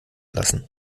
lassen